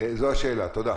זו השאלה, תודה.